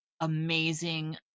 amazing